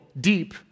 deep